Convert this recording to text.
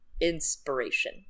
inspiration